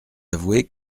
avouer